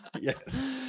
yes